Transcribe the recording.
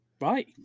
Right